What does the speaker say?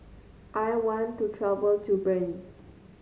I want to travel to Bern